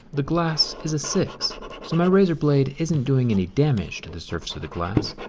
the glass is a six. so my razor blade isn't doing any damage to the surface of the glass.